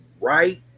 right